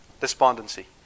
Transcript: Despondency